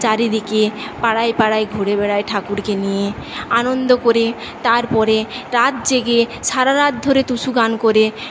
চারিদিকে পাড়ায় পাড়ায় ঘুরে বেড়াই ঠাকুরকে নিয়ে আনন্দ করে তারপরে রাত জেগে সারা রাত ধরে টুসু গান করে